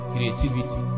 Creativity